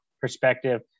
perspective